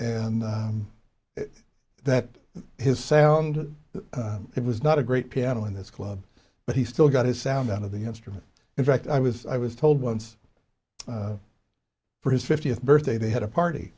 and that his sound it was not a great piano in this club but he still got his sound out of the instrument in fact i was i was told once for his fiftieth birthday they had a party